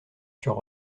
sur